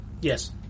yes